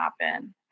happen